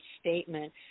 statement